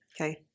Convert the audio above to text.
Okay